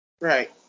right